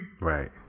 Right